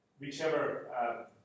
whichever